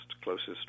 closest